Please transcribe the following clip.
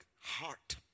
heart